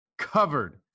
covered